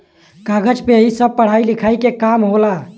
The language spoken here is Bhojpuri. कागज पे ही सब पढ़ाई लिखाई के काम होला